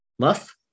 Muff